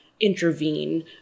intervene